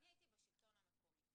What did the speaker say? אני הייתי בשלטון המקומי,